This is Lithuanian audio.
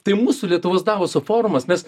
tai mūsų lietuvos davoso forumas mes